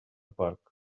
park